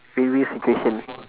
win win situation